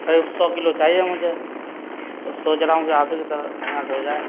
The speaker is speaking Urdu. قریب سو کلو چاہیے مجھ ے تو سوچ رہا ہوں کہ آپ ہی کی طرح یہاں سے ہو جائے